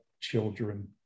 children